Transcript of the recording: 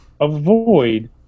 avoid